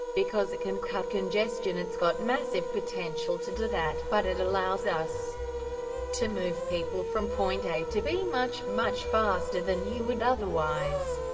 because it can cut congestion it's got massive potential to do that, but it allows us to move people from point a to b much, much faster than you would otherwise.